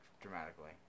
dramatically